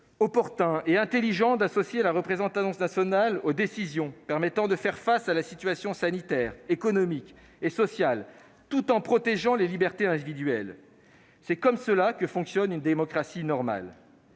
opportun et intelligent d'associer la représentation nationale aux décisions permettant de faire face à la situation sanitaire, économique et sociale, tout en protégeant les libertés individuelles. C'est comme cela que fonctionne une démocratie normale.